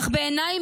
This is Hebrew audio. אך בעיניי,